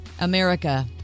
America